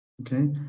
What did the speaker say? Okay